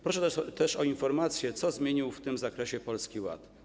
Proszę też o informację, co zmienił w tym zakresie Polski Ład.